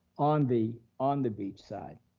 on the on the beach side.